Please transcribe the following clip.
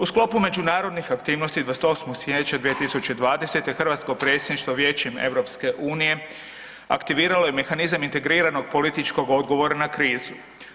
U sklopu međunarodnih aktivnosti 28. siječnja 2020., hrvatsko predsjedništvo Vijećem EU-a aktiviralo je mehanizam integriranog političkog odgovora na krizu.